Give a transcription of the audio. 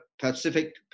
Pacific